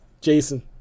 Jason